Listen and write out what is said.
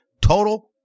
Total